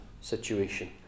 situation